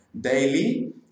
daily